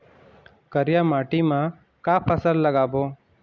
करिया माटी म का फसल लगाबो?